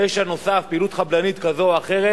פשע נוסף, פעילות חבלנית כזו או אחרת,